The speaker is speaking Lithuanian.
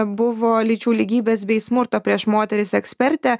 buvo lyčių lygybės bei smurto prieš moteris ekspertė